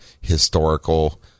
historical